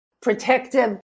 protective